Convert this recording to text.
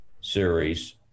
series